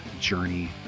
journey